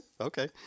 Okay